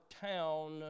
town